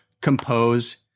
compose